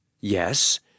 Yes